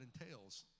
entails